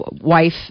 wife